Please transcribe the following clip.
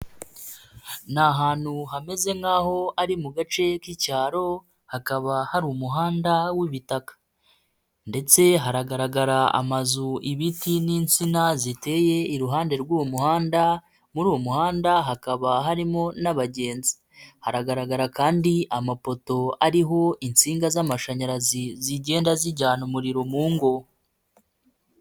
Ni ahantu hameze nk'aho ari mu gace k'icyaro, hakaba hari umuhanda w'ibitaka. Ndetse haragaragara amazu, ibiti n'insina, ziteye iruhande rw'uwo muhanda, muri uwo muhanda hakaba harimo n'abagenzi. Haragaragara kandi amapoto ariho insinga z'amashanyarazi zigenda zijyana umuriro mu ngo.